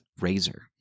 razor